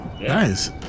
nice